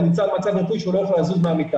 הוא נמצא במצב רפואי שהוא לא יכול לזוז מהמיטה.